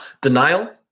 Denial